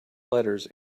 letters